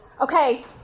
Okay